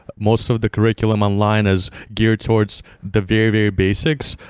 most of the curriculum online is geared towards the very, very basics.